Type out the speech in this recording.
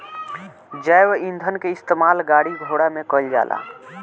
जैव ईंधन के इस्तेमाल गाड़ी घोड़ा में कईल जाला